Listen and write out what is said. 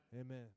Amen